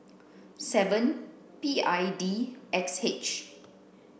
seven P I D X H